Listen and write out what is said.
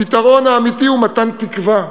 הפתרון האמיתי הוא מתן תקווה,